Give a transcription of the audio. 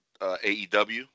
AEW